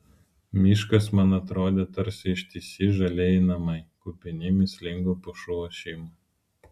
miškas man atrodė tarsi ištisi žalieji namai kupini mįslingo pušų ošimo